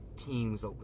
Teams